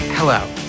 Hello